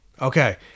Okay